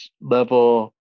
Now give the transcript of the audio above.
level